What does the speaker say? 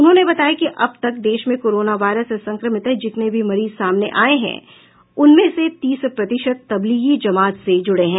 उन्होंने बताया कि अब तक देश में कोरोना वायरस से संक्रमित जितने भी मरीज सामने आए हैं उनमें से तीस प्रतिशत तब्लीगी जमात से जुडे हैं